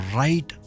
right